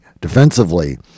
defensively